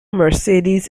mercedes